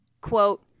Quote